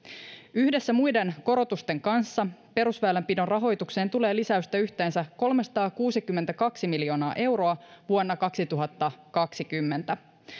yhdessä muiden korotusten kanssa perusväylänpidon rahoitukseen tulee lisäystä yhteensä kolmesataakuusikymmentäkaksi miljoonaa euroa vuonna kaksituhattakaksikymmentä